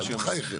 בחייכם.